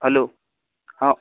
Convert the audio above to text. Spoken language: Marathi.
हलो हा